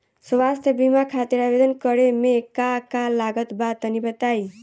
स्वास्थ्य बीमा खातिर आवेदन करे मे का का लागत बा तनि बताई?